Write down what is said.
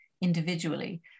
individually